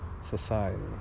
society